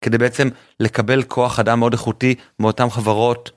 כדי בעצם לקבל כוח אדם מאוד איכותי מאותן חברות.